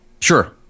Sure